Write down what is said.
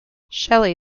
shelly